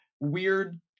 weird